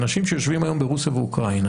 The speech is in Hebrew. אנשים שיושבים היום ברוסיה ואוקראינה